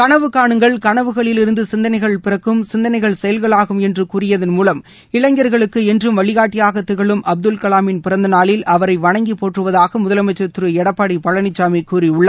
களவு காணுங்கள் கனவுகளிலிருந்து சிந்தனைகள் பிறக்கும் சிந்தனைகள் செயல்களாகும் என்று கூறியதன் மூலம் இளைஞர்களுக்கு என்றும் வழிகாட்டியாகத் திகழும் அப்துல் கலாமின் பிறந்த நாளில் அவரை வணங்கி போற்றுவதாக முதலமைச்சர் திரு எடப்பாடி பழனிசாமி கூறியுள்ளார்